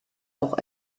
auch